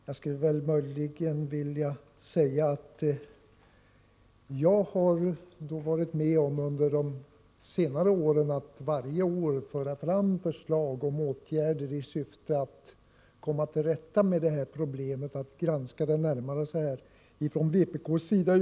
Jag skulle möjligen vilja säga att jag varje år på senare tid har varit med om att från vpk:s sida föra fram olika motioner och förslag om åtgärder i syfte att komma till rätta med detta problem och att granska det närmare.